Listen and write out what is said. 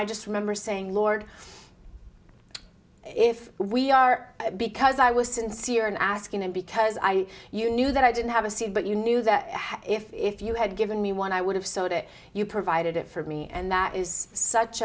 i just remember saying lord if we are because i was sincere in asking and because i you knew that i didn't have a seed but you knew that if you had given me one i would have sold it you provided it for me and that is such